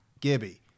Gibby